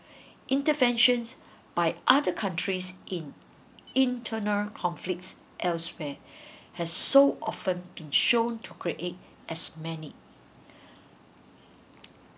interventions by other countries in internal conflicts elsewhere has so often been shown to create as many